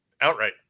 outright